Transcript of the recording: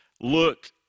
Look